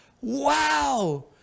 Wow